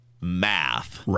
math